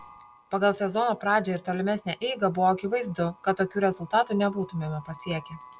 pagal sezono pradžią ir tolimesnę eigą buvo akivaizdu kad tokių rezultatų nebūtumėme pasiekę